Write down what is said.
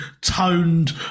toned